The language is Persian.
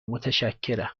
متشکرم